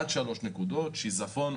עד 3 נקודות: שיזפון,